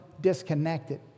disconnected